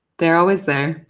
they're always there.